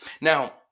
Now